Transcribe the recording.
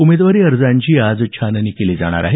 उमेदवारी अर्जांची आज छाननी केली जाणार आहे